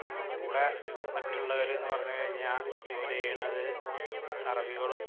നമ്മുടെ കൂടെ മറ്റുള്ളവരെന്നു പറഞ്ഞുകഴിഞ്ഞാല് ജോലി ചെയ്യുന്നത് അറബികളും